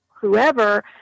whoever